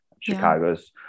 Chicago's